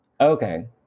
okay